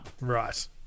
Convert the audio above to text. Right